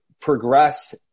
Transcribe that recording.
progress